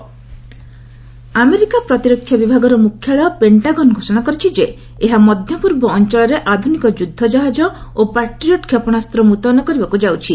US Iran America ପ୍ରତିରକ୍ଷା ବିଭାଗର ମୁଖ୍ୟାଳୟ ପେଙ୍କାଗନ୍ ଘୋଷଣା କରିଛି ଯେ ଏହା ମଧ୍ୟ ପୂର୍ବ ଅଞ୍ଚଳରେ ଆଧୁନିକ ଯୁଦ୍ଧ ଜାହାଜ ଓ ପାଟ୍ରିଅଟ୍ କ୍ଷେପଶାସ୍ତ ମୁତୟନ କରିବାକୁ ଯାଉଛି